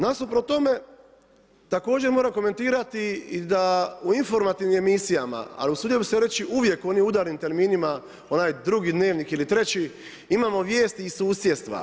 Nasuprot tome također moram komentirati da u informativnim emisijama, a usudio bih se reći uvijek onim udarnim terminima onaj drugi Dnevnik ili treći imamo vijesti iz susjedstva.